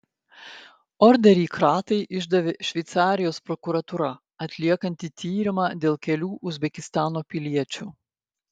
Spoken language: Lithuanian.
orderį kratai išdavė šveicarijos prokuratūra atliekanti tyrimą dėl kelių uzbekistano piliečių